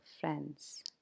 friends